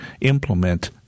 implement